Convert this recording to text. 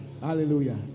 Hallelujah